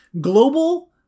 global